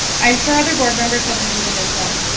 i'm sure other board members have visited as well.